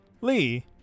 Lee